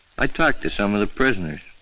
i talked to some of the prisoners,